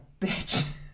bitch